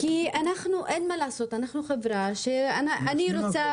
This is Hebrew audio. כי אין מה לעשות, אנשים רוצים